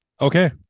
Okay